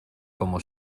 como